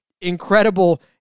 incredible